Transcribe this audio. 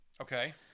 Okay